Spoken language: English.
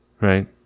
right